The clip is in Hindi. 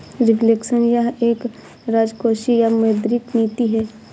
रिफ्लेक्शन यह एक राजकोषीय या मौद्रिक नीति है